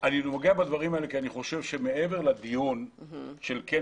אני נוגע בדברים האלה כי אני חושב שמעבר לדיון של כן